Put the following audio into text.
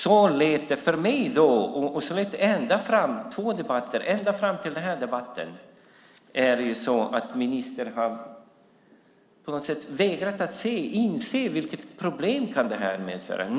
Så lät det för mig. Ända fram till den här debatten har ministern vägrat att inse vilka problem detta kan medföra.